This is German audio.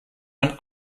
man